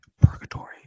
Purgatory